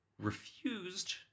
refused